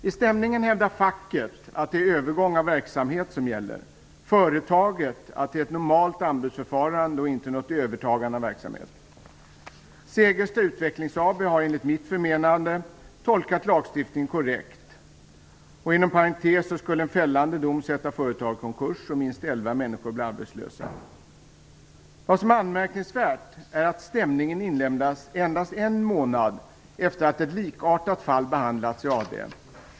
I stämningen hävdar facket att det är övergång av verksamhet som gäller. Företaget hävdar att det är ett normalt anbudsförfarande och inte något övertagande av verksamhet. Segersta Utvecklings AB har, enligt mitt förmenande, tolkat lagstiftningen korrekt. Inom parentes sagt så skulle en fällande dom sätta företaget i konkurs, och minst elva människor skulle bli arbetslösa. Anmärkningsvärt är att stämningen inlämnades endast en månad efter att ett likartat fall behandlats i AD.